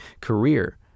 career